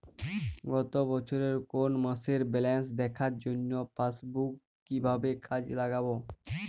গত বছরের কোনো মাসের ব্যালেন্স দেখার জন্য পাসবুক কীভাবে কাজে লাগাব?